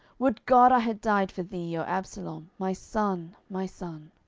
would god i had died for thee, o absalom, my son, my son!